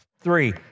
Three